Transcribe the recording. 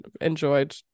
enjoyed